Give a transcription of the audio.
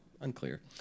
unclear